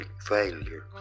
failure